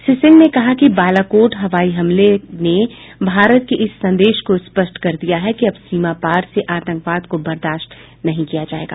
श्री सिंह ने कहा कि बालाकोट हवाई हमले ने भारत के इस संदेश को स्पष्ट कर दिया है कि अब सीमा पार से आतंकवाद को बर्दाश्त नहीं किया जाएगा